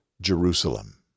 Jerusalem